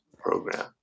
program